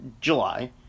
July